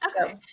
Okay